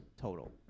total